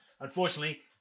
unfortunately